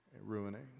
ruining